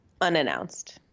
unannounced